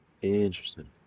Interesting